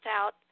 out